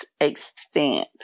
extent